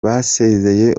basezeye